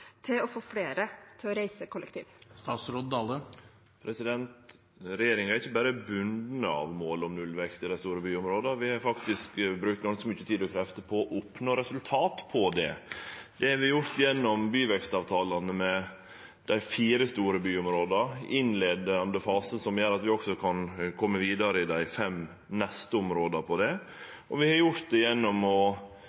til å få flere til å reise kollektivt?» Regjeringa er ikkje berre bunden av målet om nullvekst i dei store byområda, vi har faktisk brukt ganske mykje tid og krefter på å oppnå resultat på det. Det har vi gjort gjennom byvekstavtalene med dei fire store byområda – i innleiande fase, som gjer at vi òg kan kome vidare på det i dei fem neste områda – og vi har gjort det